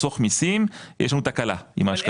אם המטרה העיקרית שלו זה לחסוך מיסים יש לנו את תקלה עם ההשקעות.